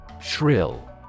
Shrill